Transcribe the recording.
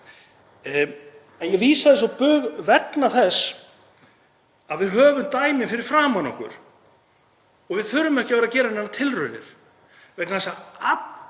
og ég vísa þessu á bug vegna þess að við höfum dæmin fyrir framan okkur. Við þurfum ekki að vera að gera neinar tilraunir vegna þess að